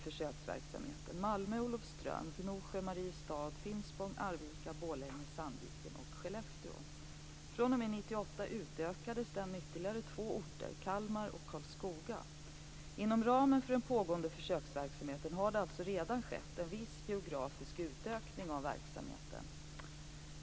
fr.o.m. 1998 utökades den med ytterligare två orter: Kalmar och Karlskoga. Inom ramen för den pågående försöksverksamheten har det alltså redan skett en viss geografisk utökning av verksamheten.